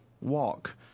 walk